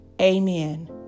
amen